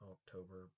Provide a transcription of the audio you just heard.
October